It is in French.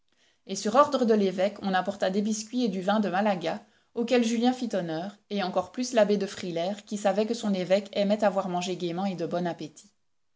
et sur l'ordre de l'évoque on apporta des biscuits et du vin de malaga auxquels julien fit honneur et encore plus l'abbé de frilair qui savait que son évêque aimait à voir manger gaiement et de bon appétit